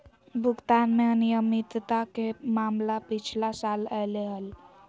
भुगतान में अनियमितता के मामला पिछला साल अयले हल